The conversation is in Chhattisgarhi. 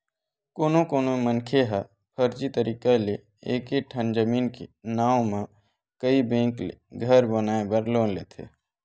कोनो कोनो मनखे ह फरजी तरीका ले एके ठन जमीन के नांव म कइ बेंक ले घर बनाए बर लोन लेथे